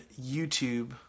YouTube